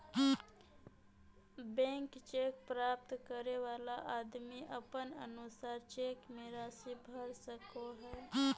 blank cheque प्राप्त करे वाला आदमी अपन अनुसार चेक मे राशि भर सको हय